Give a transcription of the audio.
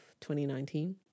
2019